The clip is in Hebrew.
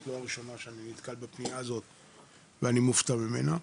את לא הראשונה שאני נתקל בפנייה שלה ואני מופתע ממנה.